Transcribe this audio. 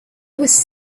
was